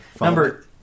Number